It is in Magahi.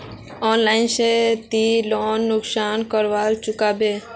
ऑनलाइन से ती लोन कुंसम करे चुकाबो?